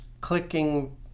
clicking